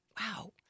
wow